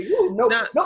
No